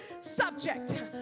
subject